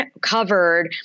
covered